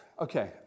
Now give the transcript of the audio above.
okay